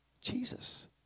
Jesus